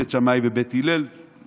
בית שמאי ובית הלל בהתחלה,